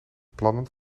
plannen